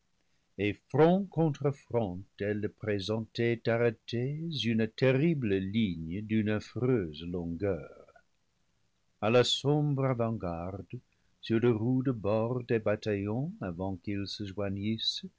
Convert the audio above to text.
et front contre front elles présentaient arrêtées une terrible ligne d'une affreuse longueur a la sombre avant-garde sur le rude bord des bataillons avant qu'ils se joignissent